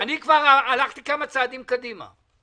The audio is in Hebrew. כבר הלכתי כמה צעדים קדימה.